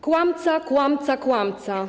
Kłamca, kłamca, kłamca.